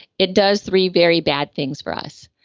it does three very bad things for us.